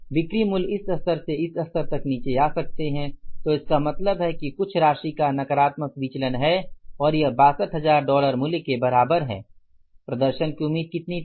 बिक्री मूल्य इस स्तर से इस स्तर तक नीचे आ सकते हैं तो इसका मतलब है कि कुछ राशि का नकारात्मक विचलन है और यह 62000 डॉलर मूल्य के बराबर है प्रदर्शन की उम्मीद कितनी थी